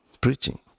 preaching